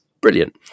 Brilliant